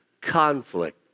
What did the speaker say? conflict